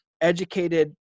educated